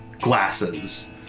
glasses